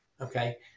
Okay